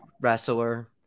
wrestler